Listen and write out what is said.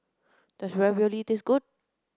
does Ravioli taste good